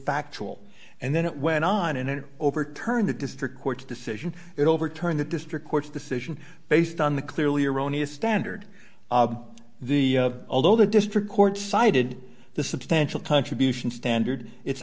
factual and then it went on and it overturned the district court's decision it overturned the district court's decision based on the clearly erroneous standard the although the district court cited the substantial contribution standard it